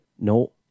no